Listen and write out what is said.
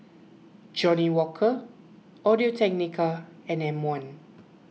Johnnie Walker Audio Technica and M one